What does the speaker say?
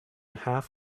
half